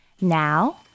Now